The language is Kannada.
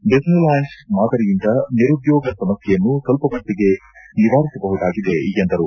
ಡಿಬ್ನಿ ಲ್ಯಾಂಡ್ ಮಾದರಿಯಿಂದ ನಿರುದ್ಯೋಗ ಸಮಸ್ಯೆಯನ್ನು ಸ್ವಲ್ಪ ಮಟ್ಟಿಗೆ ನಿವಾರಿಸಬಹುದಾಗಿದೆ ಎಂದರು